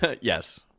Yes